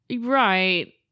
right